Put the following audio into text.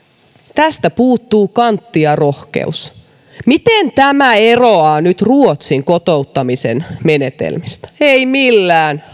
tästä puuttuu kantti ja rohkeus miten tämä nyt eroaa ruotsin kotouttamisen menetelmistä ei millään